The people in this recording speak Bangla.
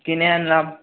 কিনে আনলাম